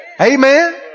Amen